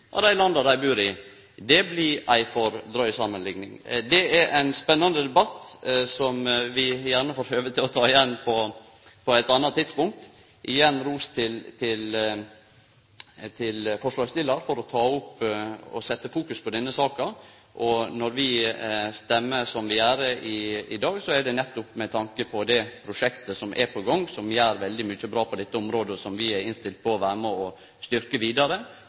av det landet dei bur i, blir ei for dryg samanlikning. Det er ein spennande debatt som vi gjerne får høve til å ta igjen på eit anna tidspunkt. Igjen ros til forslagsstillaren for å ta opp og fokusere på denne saka. Når vi stemmer som vi gjer i dag, er det nettopp med tanke på det prosjektet som er på gang, som gjer veldig mykje bra på dette området, og som vi er innstilte på å vere med og styrkje vidare